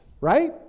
right